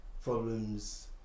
problems